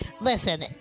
Listen